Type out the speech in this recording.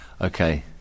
Okay